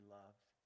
loved